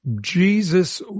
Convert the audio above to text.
Jesus